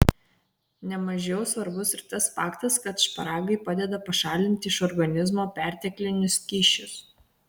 ne mažiau svarbus ir tas faktas kad šparagai padeda pašalinti iš organizmo perteklinius skysčius